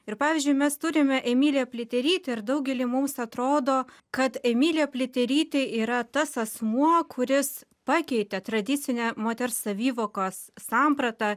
ir pavyzdžiui mes turime emiliją pliaterytę ir daugeliui mums atrodo kad emilija pliaterytė yra tas asmuo kuris pakeitė tradicinę moters savivokos sampratą